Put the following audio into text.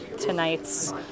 tonight's